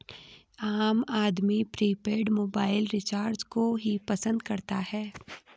आम आदमी prepaid mobile recharge को ही पसंद करता है